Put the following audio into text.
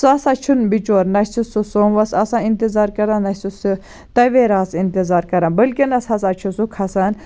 سُہ ہَسا چھُنہٕ بِچور نَہ چھُ سُہ سوموَس آسان اِنتظار کَران نَہ چھُ سُہ تَویراہَس اِنتظار کَران بلکیٚنَس ہَسا چھُ سُہ کھَسان